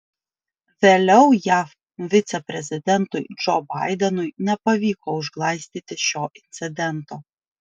vėliau jav viceprezidentui džo baidenui nepavyko užglaistyti šio incidento